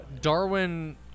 Darwin